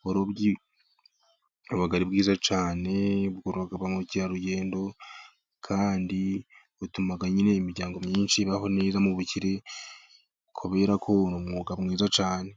uburobyi buba ari bwiza cyane bukurura ba mukerarugendo, kandi butuma nyine imiryango myinshi ibaho neza, mu bukire, kubera ko ni umwuga mwiza cyane.